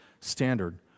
standard